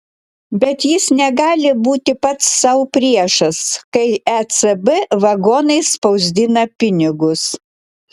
bet jis negali būti pats sau priešas kai ecb vagonais spausdina pinigus